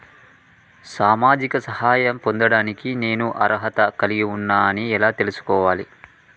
సామాజిక సహాయం పొందడానికి నేను అర్హత కలిగి ఉన్న అని ఎలా తెలుసుకోవాలి?